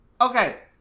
Okay